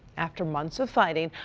after months of fighting,